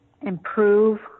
improve